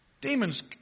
Demons